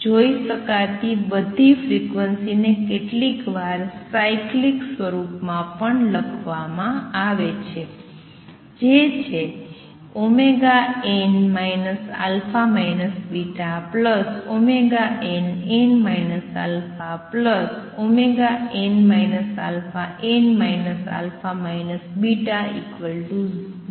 જોઈ શકાતી બધી ફ્રીક્વન્સીઝને કેટલીકવાર સાઇક્લિક સ્વરૂપમાં પણ લખવામાં આવે છે જે છે n α βnn αn αn α β0